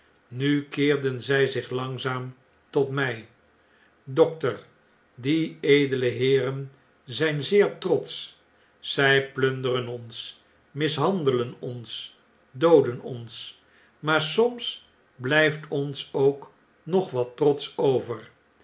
nu keerden zij zich langzaam tot mij dokter die edele heerenzijnzeertrotsch zij plunderen ons mishandelen ons dooden ons maar soms blijft ons ook nog wat trots over